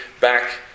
back